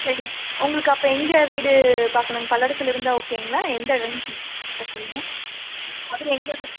இப்போ எங்களுக்கு உங்களுக்கு அப்போ எங்கள் வீடு பார்க்கணும் பல்லடத்தில் இருந்தால் ஓகேங்களா எந்த இடன்னு கரெக்டாக சொல்லுங்க அதில் எங்கங்கே